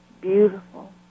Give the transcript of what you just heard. beautiful